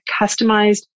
customized